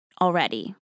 already